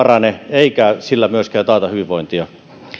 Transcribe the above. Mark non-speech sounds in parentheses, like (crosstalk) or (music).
(unintelligible) parane eikä sillä myöskään taata hyvinvointia